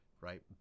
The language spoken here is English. right